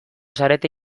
zarete